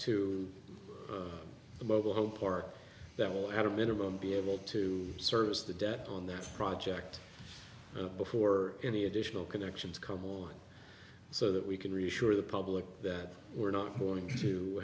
the mobile home park that will have a minimum be able to service the debt on that project before any additional connections come along so that we can reassure the public that we're not morning to